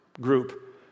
group